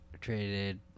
traded